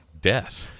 death